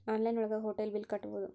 online ಒಳಗ hotel bill ಕಟ್ಬೋದು